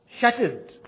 shattered